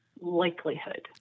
likelihood